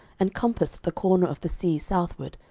and compassed the corner of the sea southward,